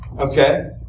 Okay